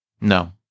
No